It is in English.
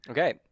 Okay